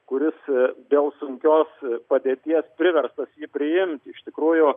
kuris dėl sunkios padėties priverstas jį priimti iš tikrųjų